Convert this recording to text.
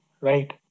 right